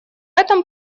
этом